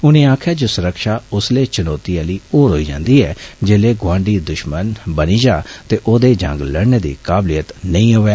उनें आक्खेआ जे सुरक्षा उसलै चनौती आहली होई जंदी ऐ जिसलै गुआंडी दुष्मन बनी जा ते ओहदी जंग लड़ने दी काबलियत नेईं हवै